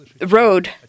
road